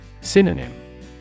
Synonym